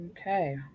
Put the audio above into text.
Okay